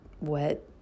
wet